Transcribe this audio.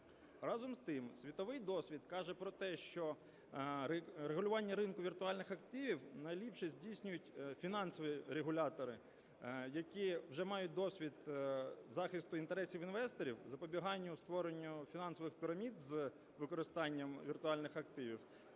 Разом з тим, світовий досвід каже про те, що регулювання ринку віртуальних активів найліпше здійснюють фінансові регулятори, які вже мають досвід захисту інтересів інвесторів, запобіганню створенню фінансових пірамід з використанням віртуальних активів